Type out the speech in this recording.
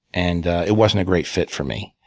and it wasn't a great fit for me.